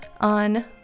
on